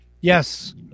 Yes